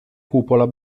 cupola